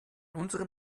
unseren